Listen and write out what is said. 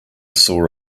saw